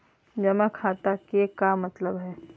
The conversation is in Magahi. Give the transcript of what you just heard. जमा खाता के का मतलब हई?